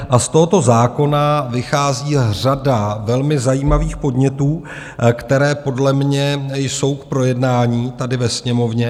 Z tohoto zákona vychází řada velmi zajímavých podnětů, které podle mě jsou k projednání tady ve Sněmovně.